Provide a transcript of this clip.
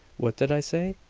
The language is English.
what did i say?